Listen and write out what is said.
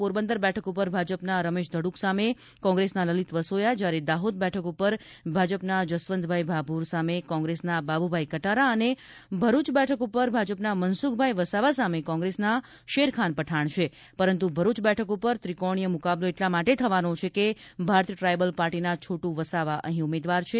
પોરબંદર બેઠક પર ભાજપના રમેશ ધડ્ડક સામે કોંગ્રેસના લલીત વસોયા જ્યારે દાહોદ બેઠક ઉપર ભાજપના જસવંતભાઇ ભાભોર સામે કોંગ્રેસના બાબ્રભાઇ કટારા અને ભરૂચ બેઠક ઉપર ભાજપના મનસુખભાઇ વસાવા સામે કોંગ્રેસના શેરખાન પઠાણ છે પરંતુ ભરૂચ બેઠક ઉપર ત્રિકોણીય મુકાબલો એટલા માટે થવાનો છે કે ભારતીય ટ્રાઇબલ પાર્ટીના છોટ્ વસાવા અહીં ઉમેદવાર છે